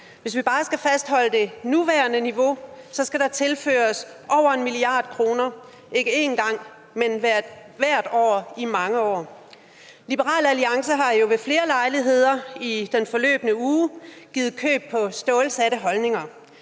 Hvis vi bare skal fastholde det nuværende niveau, skal der tilføres over en 1 mia. kr., ikke en gang, men hvert år i mange år. Liberal Alliance har jo ved flere lejligheder i den forløbne uge givet køb på stålsatte holdninger,